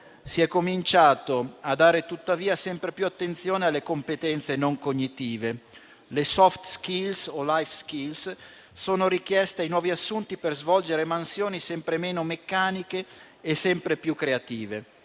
si è cominciato a dare sempre più attenzione alle competenze non cognitive. Le *soft skills* o *life skills* sono richieste ai nuovi assunti per svolgere mansioni sempre meno meccaniche e sempre più creative.